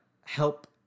help